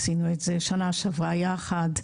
עשינו את זה בשנה שעברה יחד,